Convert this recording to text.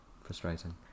frustrating